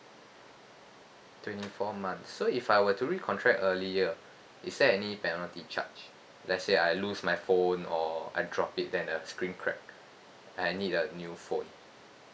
twenty four months so if I were to recontract earlier is there any penalty charge let's say I lose my phone or I drop it then the screen crack and I need a new phone